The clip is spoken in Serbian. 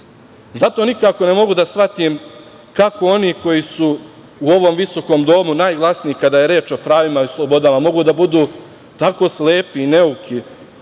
Zato nikako ne mogu da shvatim kako oni koji su u ovom visokom domu najglasniji kada je reč o pravima i slobodama mogu da budu tako slepi i neuki